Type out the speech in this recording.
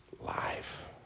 Life